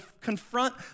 confront